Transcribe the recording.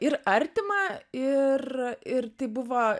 ir artima ir ir tai buvo